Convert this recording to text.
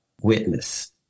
witness